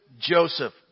Joseph